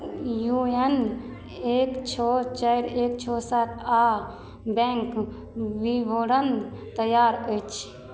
U N एक छओ चारि एक छओ सात आ बैंक विवरण तैयार अछि